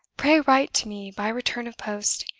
pray write to me by return of post!